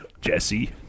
Jesse